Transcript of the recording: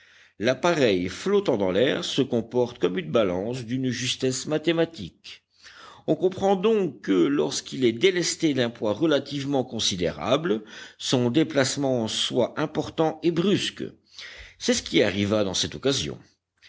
l'appareil flottant dans l'air se comporte comme une balance d'une justesse mathématique on comprend donc que lorsqu'il est délesté d'un poids relativement considérable son déplacement soit important et brusque c'est ce qui arriva dans cette occasion